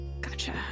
Gotcha